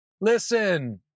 Listen